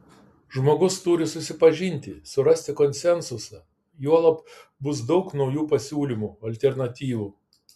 žmogus turi susipažinti surasti konsensusą juolab bus daug naujų pasiūlymų alternatyvų